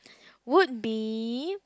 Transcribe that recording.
would be